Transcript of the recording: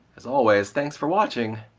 as always, thanks for watching,